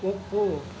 ಒಪ್ಪು